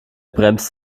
bremst